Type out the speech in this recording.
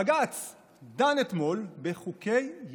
בג"ץ דן אתמול בחוקי-יסוד.